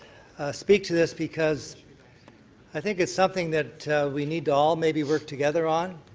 speak to this because i think it's something that we need to all maybe work together on.